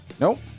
Nope